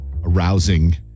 arousing